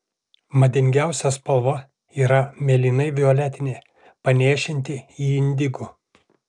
madingiausia spalva yra mėlynai violetinė panėšinti į indigo